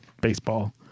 baseball